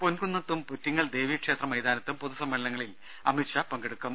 പൊൻകുന്നത്തും പുറ്റിങ്ങൽ ദേവീക്ഷേത്ര മൈതാനത്തും പൊതുസമ്മേളനങ്ങളിൽ അമിത്ഷാ പങ്കെടുക്കും